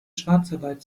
schwarzarbeit